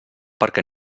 perquè